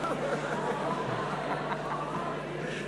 אני,